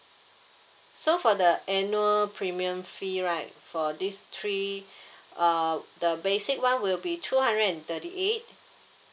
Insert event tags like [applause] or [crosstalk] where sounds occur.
so for the annual premium fee right for this three [breath] uh the basic [one] will be two hundred and thirty eight